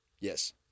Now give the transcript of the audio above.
Yes